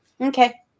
okay